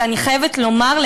ואני חייבת לומר,